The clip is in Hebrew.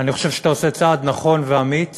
אני חושב שאתה עושה צעד נבון ואמיץ